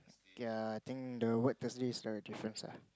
ya think the word Thursday is the difference ah